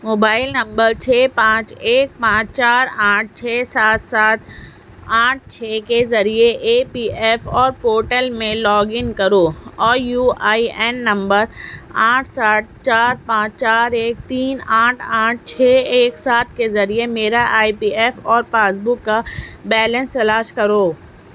mobile number چھ پانچ ایک پانچ چار آٹھ چھ سات سات آٹھ چھ کے ذریعے A P F O portal میں لاگ ان کرو O U I N number آٹھ سات چار پانچ چار ایک تین آٹھ آٹھ چھ ایک سات کے ذریعے میرا آئی پی ایف اور پاس بک کا بیلینس تلاش کرو